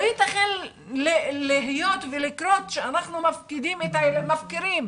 לא ייתכן להיות ולקרות שאנחנו מפקירים,